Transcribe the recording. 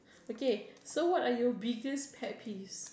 okay so what are your biggest pet peeves